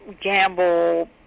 gamble